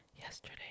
yesterday